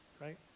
right